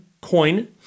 coin